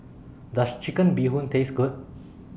Does Chicken Bee Hoon Taste Good